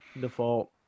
Default